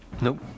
Nope